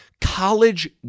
College